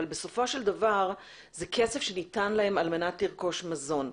אבל בסופו של דבר זה כסף שניתן להם על מנת לרכוש מזון.